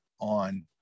on